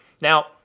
Now